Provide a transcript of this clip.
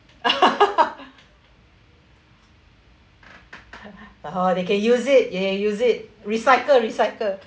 (uh huh) they can use it they can use it recycle recycle